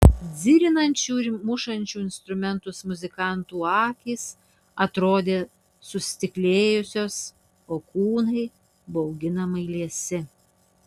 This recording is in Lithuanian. dzirinančių ir mušančių instrumentus muzikantų akys atrodė sustiklėjusios o kūnai bauginamai liesi